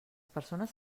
persones